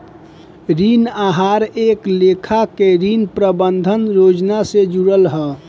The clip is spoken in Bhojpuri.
ऋण आहार एक लेखा के ऋण प्रबंधन योजना से जुड़ल हा